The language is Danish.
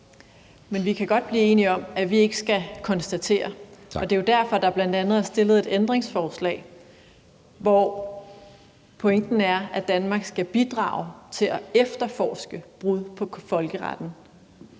Vi kan godt blive enige om, at vi ikke skal konstatere, og det er jo derfor, der bl.a. er stillet et ændringsforslag, hvor pointen er, at Danmark skal bidrage til at efterforske brud på folkeretten,